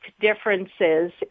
differences